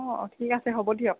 অ অ ঠিক আছে হ'ব দিয়ক